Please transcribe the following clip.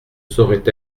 saurait